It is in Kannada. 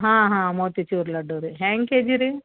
ಹಾಂ ಹಾಂ ಮೋತಿಚೂರ್ ಲಡ್ಡು ರೀ ಹ್ಯಾಂಗೆ ಕೆಜಿ ರೀ